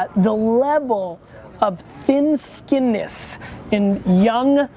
but the level of thin skinness in young,